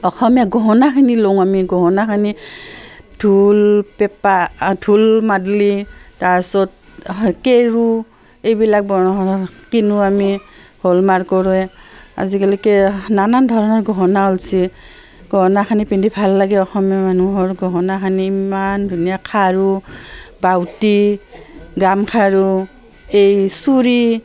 অসমীয়া গহনাখিনি লওঁ আমি গহনাখিনি ঢোল পেঁপা ঢোল মাদলি তাৰপিছত কেৰু এইবিলাক কিনোঁ আমি হ'লমাৰ্কৰে আজিকালি কি নানান ধৰণৰ গহনা ওলছি গহনাখিনি পিন্ধি ভাল লাগে অসমীয়া মানুহৰ গহনাখিনি ইমান ধুনীয়া খাৰু বাউটি গামখাৰু এই চুৰী